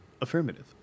Affirmative